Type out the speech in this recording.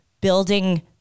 building